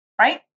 right